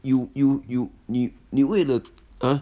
you you you 你你为了 ah